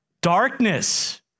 darkness